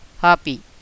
happy